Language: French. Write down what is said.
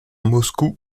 moscou